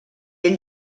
ell